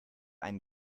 einen